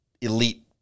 elite